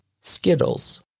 skittles